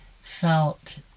felt